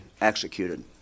executed